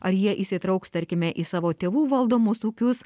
ar jie įsitrauks tarkime į savo tėvų valdomus ūkius